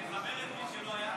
חנוך, תכבד את מי שלא היה.